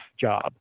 job